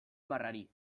marrari